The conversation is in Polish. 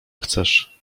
chcesz